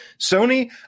Sony